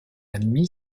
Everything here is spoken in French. admit